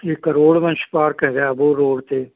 ਇੱਕ ਕਰੋੜਵੰਸ਼ ਪਾਰਕ ਹੈਗਾ ਅਬੋਹਰ ਰੋਡ 'ਤੇ